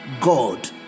God